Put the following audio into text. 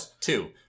two